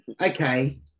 okay